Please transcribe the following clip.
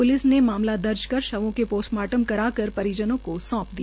police ने मामला दर्ज कर शवों का पोस्ट मार्टम करा कर परिजनों को सौंप दिया